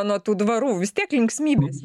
nuo tų dvarų vis tiek linksmybės ne